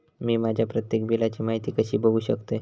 मी माझ्या प्रत्येक बिलची माहिती कशी बघू शकतय?